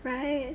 right